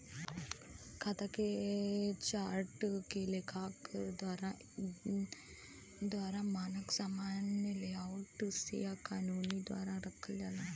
खाता के चार्ट के लेखाकार द्वारा एक मानक सामान्य लेआउट से या कानून द्वारा रखल जाला